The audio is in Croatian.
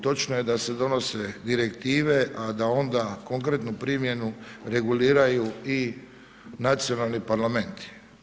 Točno je da se donose direktive, a da onda, konkretnu primjenu reguliraju i nacionalni parlamenti.